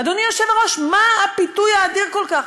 אדוני היושב-ראש, מה הפיתוי האדיר כל כך?